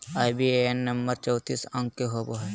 IBAN number चौतीस अंक के होवो हय